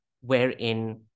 wherein